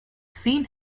seen